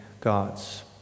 gods